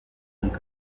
congo